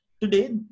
Today